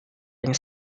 yang